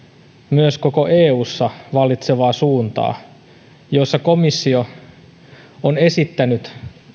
myös koko eussa vallitsevaa suuntaa jossa komissio on esittänyt